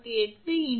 5 0